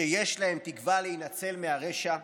שיש להם תקווה להינצל מהרשע,